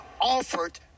Offered